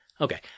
Okay